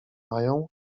mają